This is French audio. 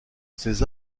ces